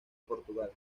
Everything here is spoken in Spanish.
portugal